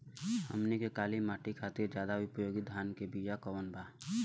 हमनी के काली माटी खातिर ज्यादा उपयोगी धान के बिया कवन बा?